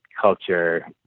culture